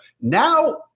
now